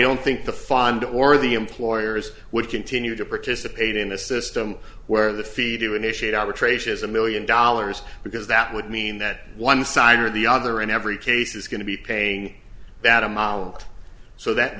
don't think the fund or the employers would continue to participate in a system where the feed you initiate outrage is a million dollars because that would mean that one side or the other in every case is going to be paying that amount so that